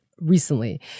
recently